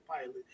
pilot